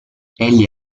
egli